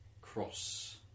Cross